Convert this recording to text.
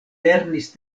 lernis